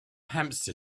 hamster